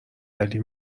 علی